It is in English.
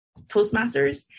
toastmasters